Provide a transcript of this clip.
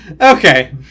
okay